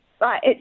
Right